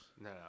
No